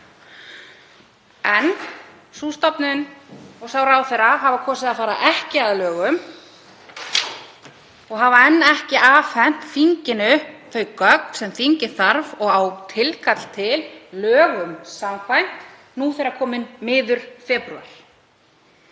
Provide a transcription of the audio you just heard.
En sú stofnun og sá ráðherra hafa kosið að fara ekki að lögum og hafa enn ekki afhent þinginu þau gögn sem þingið þarf og á tilkall til lögum samkvæmt, nú þegar kominn er miður febrúar.